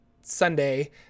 Sunday